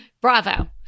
Bravo